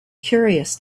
curious